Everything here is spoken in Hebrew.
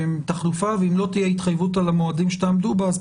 תחלופה ואם לא תהיה התחייבות על המועדים שתעמדו בהם,